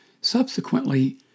Subsequently